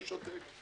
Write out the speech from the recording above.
אני שותק.